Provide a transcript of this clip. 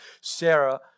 Sarah